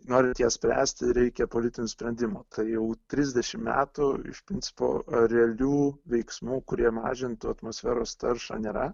norint ją spręsti reikia politinių sprendimų tai jau trisdešim metų iš principo realių veiksmų kurie mažintų atmosferos taršą nėra